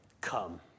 Come